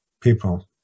people